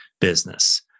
business